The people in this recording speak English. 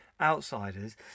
outsiders